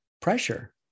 pressure